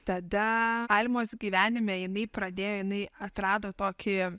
tada almos gyvenime jinai pradėjo jinai atrado tokį